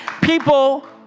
People